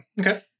Okay